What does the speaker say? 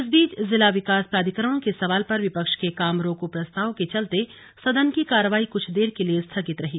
इस बीच जिला विकास प्राधिकरणों के सवाल पर विपक्ष के काम रोको प्रस्ताव के चलते सदन की कार्यवाही कुछ देर के लिए स्थगित रही